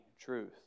truth